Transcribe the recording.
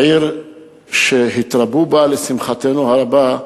עיר שהתרבו בה, לשמחתנו הרבה,